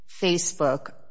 Facebook